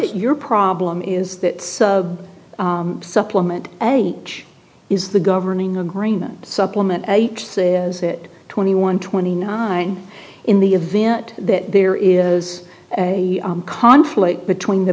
your problem is that a supplement age is the governing agreement supplement h c a is it twenty one twenty nine in the event that there is a conflict between the